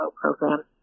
program